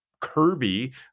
Kirby